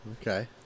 Okay